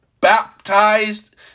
baptized